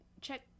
check